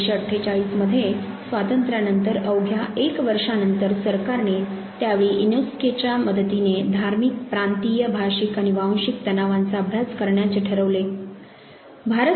1948 मध्ये स्वातंत्र्या नंतर अवघ्या एक वर्षानंतर सरकारने त्यावेळी युनेस्कोच्या मदतीने धार्मिक प्रांतीय भाषिक आणि वांशिक तणावांचा अभ्यास करण्याचे ठरविले